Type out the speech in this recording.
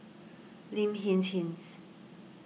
Lin Hsin Hsin